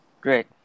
Great